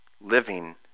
living